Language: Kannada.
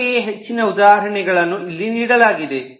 ಅಂತೆಯೇ ಹೆಚ್ಚಿನ ಉದಾಹರಣೆಗಳನ್ನು ಇಲ್ಲಿ ನೀಡಲಾಗಿದೆ